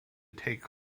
take